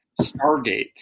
Stargate